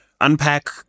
Unpack